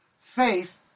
Faith